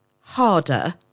harder